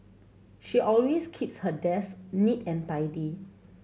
she always keeps her desk neat and tidy